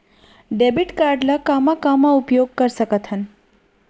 Debit card ला कामा कामा उपयोग कर सकथन?